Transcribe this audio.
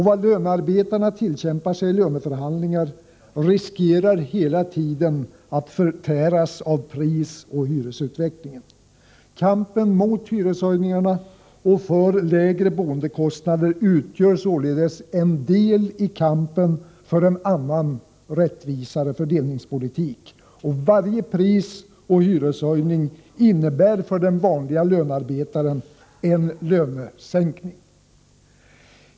Vad lönearbetarna tillkämpar sig i löneförhandlingar riskerar hela tiden att förtäras av prisoch hyresutvecklingen. Kampen mot hyreshöjningarna och för lägre boendekostnader utgör således en del i kampen för en annan rättvisare fördelningspolitik. Varje prisoch hyreshöjning innebär för den vanliga lönearbetaren en lönesänkning.